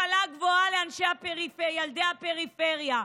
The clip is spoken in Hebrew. השכלה גבוהה לילדי הפריפריה,